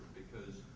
because